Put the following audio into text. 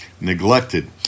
neglected